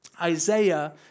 Isaiah